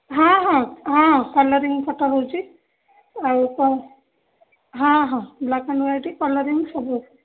ହଁ ହଁ ହଁ କଲରିଂ ଫଟୋ ହେଉଛି ଆଉ କ'ଣ ହଁ ହଁ ବ୍ଲାକ୍ ଏଣ୍ଡ୍ ହ୍ୱାଇଟ୍ କଲରିଂ ସବୁ ଅଛି